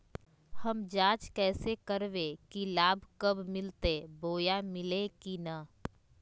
हम जांच कैसे करबे की लाभ कब मिलते बोया मिल्ले की न?